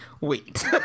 wait